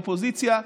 אופוזיציה,